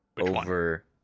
over